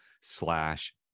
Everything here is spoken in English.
slash